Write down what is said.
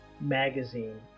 magazine